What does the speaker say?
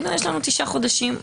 יש לנו תשעה חודשים.